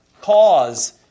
cause